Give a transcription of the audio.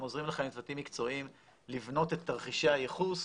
הם עוזרים לך עם צוותים מקצועיים לבנות את תרחישי הייחוס.